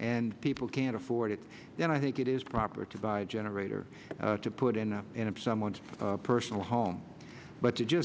and people can't afford it then i think it is proper to buy a generator to put in someone's personal home but to just